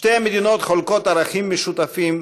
שתי המדינות חולקות ערכים משותפים